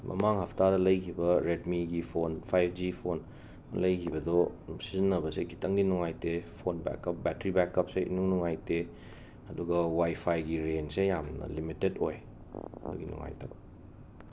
ꯃꯃꯥꯡ ꯍꯞꯇꯥꯗ ꯂꯩꯈꯤꯕ ꯔꯦꯗꯃꯤꯒꯤ ꯐꯣꯟ ꯐꯥꯏꯕꯖꯤ ꯐꯣꯟ ꯂꯩꯈꯤꯕꯗꯣ ꯁꯤꯖꯤꯟꯅꯕꯁꯦ ꯈꯤꯠꯇꯪꯗꯤ ꯅꯨꯡꯉꯥꯏꯇꯦ ꯐꯣꯟ ꯕꯦꯛꯀꯞ ꯕꯦꯇ꯭ꯔꯤ ꯕꯦꯀꯞꯁꯦ ꯏꯅꯨꯡ ꯅꯨꯡꯉꯥꯏꯇꯦ ꯑꯗꯨꯒ ꯋꯥꯏ ꯐꯥꯏꯒꯤ ꯔꯦꯟꯖꯁꯦ ꯌꯥꯝꯅ ꯂꯤꯃꯤꯇꯇꯦꯠ ꯑꯣꯏ ꯃꯥꯒꯤ ꯅꯨꯡꯉꯥꯏꯇꯕ